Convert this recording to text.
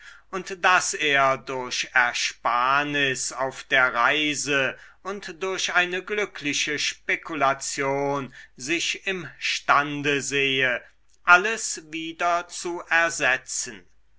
und daß er durch ersparnis auf der reise und durch eine glückliche spekulation sich imstande sehe alles wieder zu ersetzen